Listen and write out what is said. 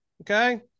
Okay